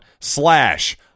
slash